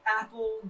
Apple